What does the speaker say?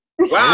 Wow